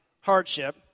hardship